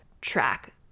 track